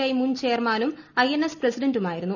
I മുൻചെയർമാനും I N S പ്രസിഡന്റുമായിരുന്നു